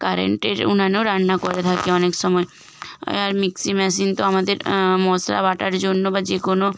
কারেন্টের উনুনেও রান্না করে থাকি অনেক সময় আর মিক্সি মেশিন তো আমাদের মশলা বাটার জন্য বা যে কোনো